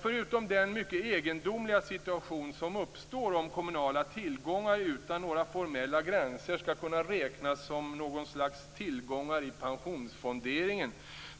Förutom den mycket egendomliga situation som uppstår om kommunala tillgångar utan några formella gränser skall kunna räknas som något slags tillgångar i pensionsfonderingen,